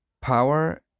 power